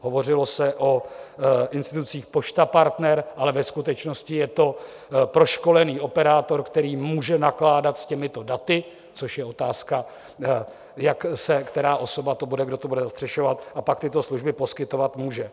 Hovořilo se o institucích Pošta Partner, ale ve skutečnosti je to proškolený operátor, který může nakládat s těmito daty, což je otázka, která osoba to bude, kdo to bude zastřešovat, a pak tyto služby poskytovat může.